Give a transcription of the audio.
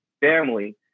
family